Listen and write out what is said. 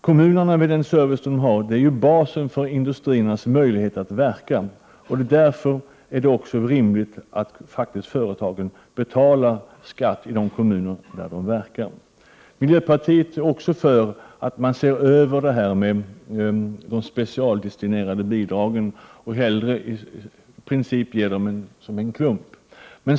Kommunerna med den service som de kan ge är ju basen för industriernas möjligheter att verka. Därför är det rimligt att företagen betalar skatt i de kommuner där de bedriver verksamhet. Miljöpartiet är också för att man skall se över de specialdestinerade bidragen och hellre i princip ger bidragen i klump.